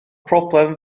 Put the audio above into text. broblem